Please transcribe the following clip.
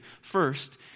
First